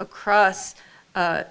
across